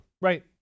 right